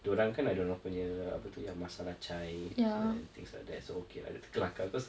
dorang kan ada dorang punya apa tu yang masala chai so and things like that so okay lah itu kelakar because